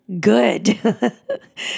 good